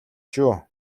шүү